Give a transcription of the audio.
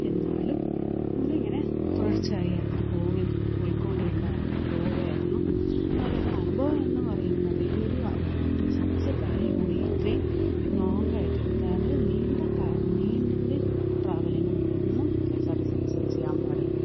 എന്നാലും നമ്മളിങ്ങനെ തുടർച്ചയായി യാത്ര പോയി പൊയ്ക്കോണ്ടിരുന്നു പോവുകയാരുന്നു എന്നാലും എൻ്റെ അനുഭവം എന്ന് പറയുന്നത് ഈ ഒരു K S R T C travel കൂടി ഇത്രയും ലോങ്ങായിട്ട് അതായത് നീണ്ട കാ നീണ്ട ഒരു ട്രാവലിങ്ങിന് നമ്മളൊന്നും K S R T C ബസ്സിൽ ചെയ്യാൻ പാടില്ല